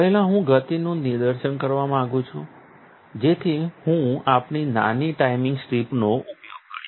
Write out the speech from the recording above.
પહેલાં હું ગતિનું નિદર્શન આપવા માંગુ છું જેથી હું આપણી નાની ટાઇમિંગ સ્ટ્રીપનો ઉપયોગ કરીશ